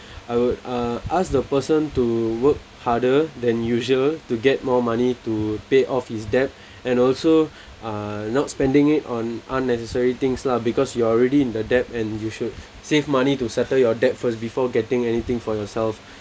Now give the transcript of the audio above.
I would uh ask the person to work harder than usual to get more money to pay off his debt and also uh not spending it on unnecessary things lah because you are already in the debt and you should save money to settle your debt first before getting anything for yourself